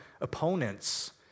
opponents